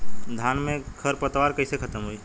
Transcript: धान में क खर पतवार कईसे खत्म होई?